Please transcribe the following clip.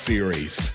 Series